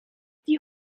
die